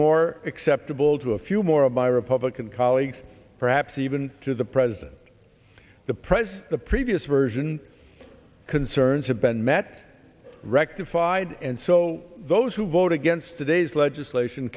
more acceptable to a few more of my republican colleagues perhaps even to the president the pres the previous version concerns have been met rectified and so those who vote against today's legislation